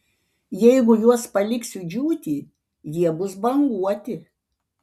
jeigu juos paliksiu džiūti jie bus banguoti